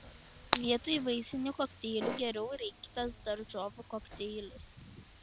vietoj vaisinių kokteilių geriau rinkitės daržovių kokteilius